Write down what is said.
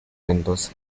mendoza